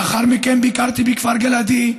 לאחר מכן ביקרתי בכפר גלעדי,